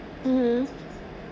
mmhmm